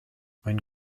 einen